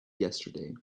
yesterday